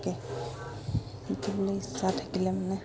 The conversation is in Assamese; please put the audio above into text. শিকিবলৈ ইচ্ছা থাকিলে মানে